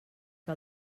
que